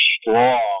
strong